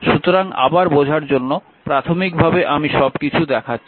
সুতরাং আবার বোঝার জন্য প্রাথমিকভাবে আমি সবকিছু দেখাচ্ছি